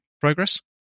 progress